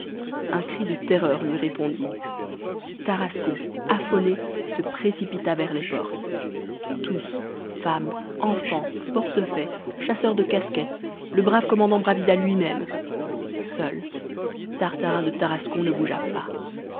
un cri de terreur lui répondit tarascon affolé se précipita vers les portes tous femmes enfants portefaix chasseurs de casquettes le brave commandant bravida lui-même seul tartarin de tarascon ne bougea pas